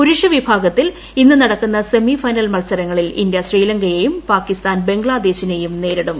പുരുഷവിഭാഗത്തിൽ ഇന്ന് നടക്കുന്ന semi final മത്സരങ്ങളിൽ ഇന്ത്യ ശ്രീലങ്കയെയും പാകിസ്ഥാൻ ബംഗ്ലാദേശിനെയും നേരിടും